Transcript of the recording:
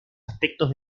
aspectos